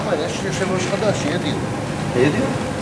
לוועדת הפנים, אדוני.